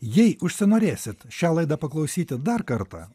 jei užsinorėsit šią laidą paklausyti dar kartą